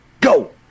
go